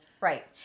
right